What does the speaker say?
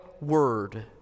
word